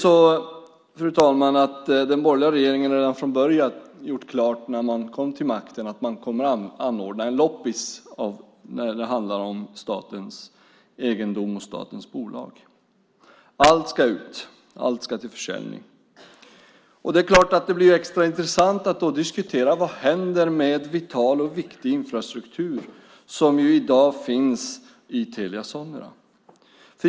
När den borgerliga regeringen kom till makten gjorde man redan från början klart att man skulle anordna en loppis på statens egendom och statens bolag. Allt ska ut. Allt ska till försäljning. Det är klart att det då blir extra intressant att diskutera: Vad händer med vital och viktig infrastruktur som i dag finns i Telia Sonera?